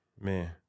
man